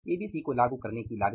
ABC को लागू करने की लागत